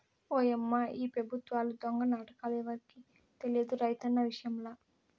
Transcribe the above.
ఓయమ్మా ఈ పెబుత్వాల దొంగ నాటకాలు ఎవరికి తెలియదు రైతన్న విషయంల